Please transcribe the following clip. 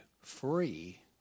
free